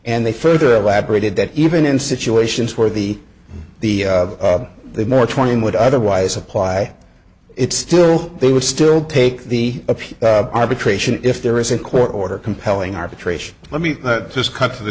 and they further elaborated that even in situations where the the north twenty would otherwise apply it still they would still take the appeal arbitration if there is a court order compelling arbitration let me just cut to the